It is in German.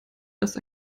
dass